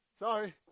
Sorry